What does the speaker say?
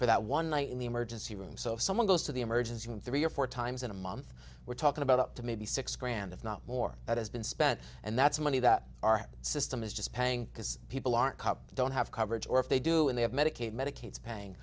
for that one night in the emergency room so if someone goes to the emergency room three or four times in a month we're talking about up to maybe six grand if not more that has been spent and that's money that our system is just paying because people aren't caught don't have coverage or if they do and they have medicaid medicaid's paying